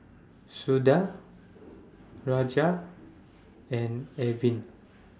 Suda Rajat and Arvind